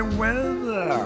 weather